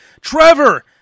Trevor